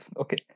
Okay